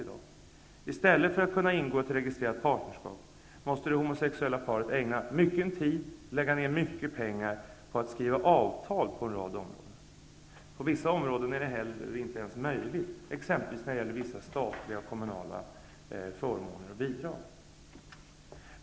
I stället för att kunna ingå ett registrerat partnerskap måste det homosexuella paret ägna mycken tid och lägga ner mycket pengar på att skriva avtal på en rad områden. På vissa områden är detta heller inte ens möjligt, exempelvis när det gäller vissa statliga och kommunala förmåner och bidrag.